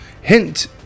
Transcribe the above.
Hint